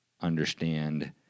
understand